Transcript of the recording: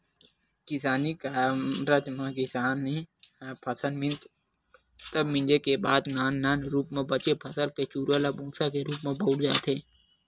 किसानी कारज म किसान ह फसल मिंजथे तब मिंजे के बाद नान नान रूप म बचे फसल के चूरा ल भूंसा के रूप म बउरे जाथे